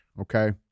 Okay